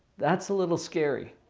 that's a little scary.